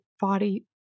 body